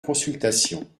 consultation